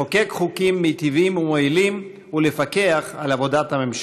לחוקק חוקים מטיבים ומועילים ולפקח על עבודת הממשלה.